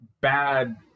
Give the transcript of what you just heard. bad